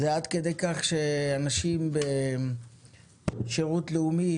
עד כדי כך שאנשים בשירות לאומי,